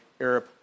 Arab